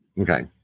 Okay